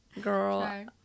Girl